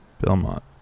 Belmont